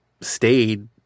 stayed